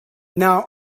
now